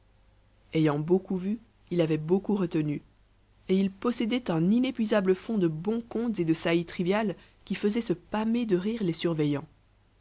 ayant beaucoup vu il avait beaucoup retenu et il possédait un inépuisable fonds de bons contes et de saillies triviales qui faisaient se pâmer de rire les surveillants